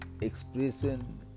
expression